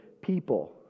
people